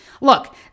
Look